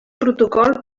protocol